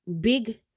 big